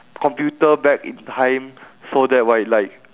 computer back in time so that right like